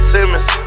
Simmons